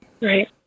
Right